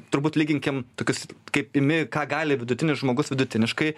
turbūt lyginkim tokius kaip imi ką gali vidutinis žmogus vidutiniškai